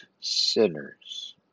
sinners